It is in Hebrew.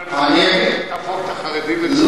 תהפוך את החרדים לציונים?